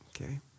okay